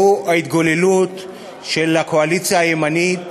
והוא ההתגוללות של הקואליציה הימנית